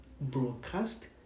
broadcast